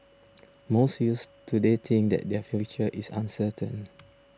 most youths today think that their future is uncertain